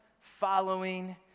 following